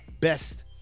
best